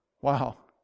Wow